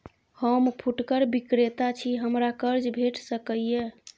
हम फुटकर विक्रेता छी, हमरा कर्ज भेट सकै ये?